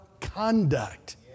conduct